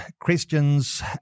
Christians